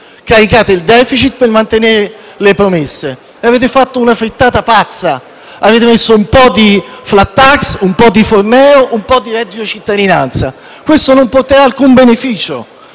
caricate il *deficit* per mantenere le promesse e avete fatto una frittata pazza, mettendo insieme un po' di *flat tax*, un po' di Fornero e un po' di reddito di cittadinanza. Questo non porterà alcun beneficio,